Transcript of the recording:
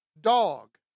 dog